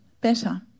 better